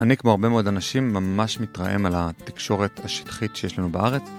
אני כמו הרבה מאוד אנשים ממש מתרעם על התקשורת השטחית שיש לנו בארץ.